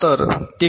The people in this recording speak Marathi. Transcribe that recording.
तर ते के